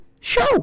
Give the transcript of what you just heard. show